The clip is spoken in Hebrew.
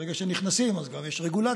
ברגע שנכנסים אז כבר יש רגולציה,